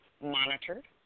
monitored